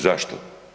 Zašto?